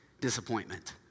disappointment